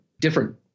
different